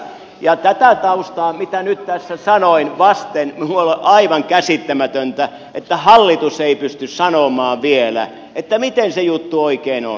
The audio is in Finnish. tätä taustaa vasten mitä nyt tässä sanoin minulle on aivan käsittämätöntä että hallitus ei pysty sanomaan vielä miten se juttu oikein on